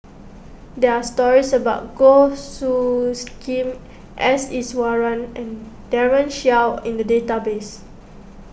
there are stories about Goh Soos Khim S Iswaran and Daren Shiau in the database